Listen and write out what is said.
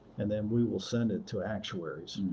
and then we will send it to actuaries,